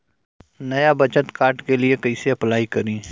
नया बचत कार्ड के लिए कइसे अपलाई करी?